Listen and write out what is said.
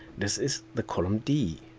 this is the column d